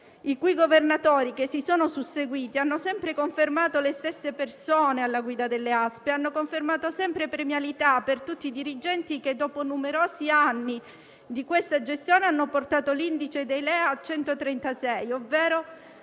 ed i Governatori che si sono susseguiti hanno sempre confermato le stesse persone alla guida delle ASP, così come hanno sempre confermato premialità per tutti i dirigenti che, dopo numerosi anni di questa gestione, hanno portato l'indice dei LEA a 136, ovvero